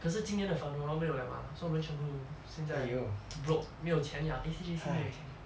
可是今年的 Fun-O-Rama 没有了吗所以我们全部现在 broke 没有钱 liao A_C J_C 没有钱